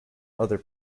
other